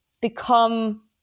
become